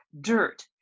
dirt